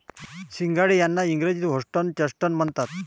सिंघाडे यांना इंग्रजीत व्होटर्स चेस्टनट म्हणतात